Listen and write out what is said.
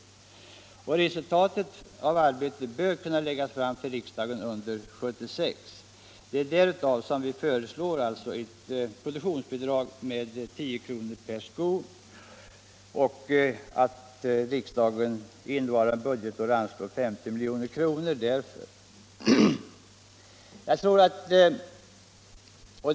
Resultatet av arbetet bör kunna läggas fram för riksdagen under 1976. Det är mot bakgrund härav som vi föreslår ett produktionsbidrag på 10 kr. per skopar och att riksdagen för det ändamålet under innevarande budgetår beviljar ett anslag på 50 milj.kr.